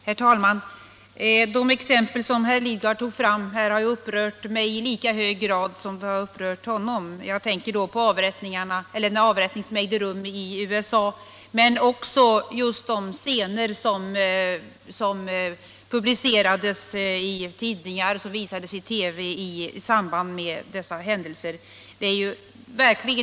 Herr talman! De exempel som herr Lidgard tog fram har upprört mig i lika hög grad som de har upprört honom. Jag tänker då på den avrättning som ägde rum i USA, men också på de scener i samband med den händelsen som publicerades i tidningar och som visades i TV.